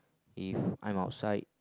if I'm outside